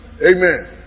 Amen